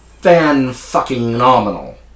fan-fucking-nominal